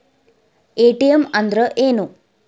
ATM ಅಂದ್ರ ಏನು?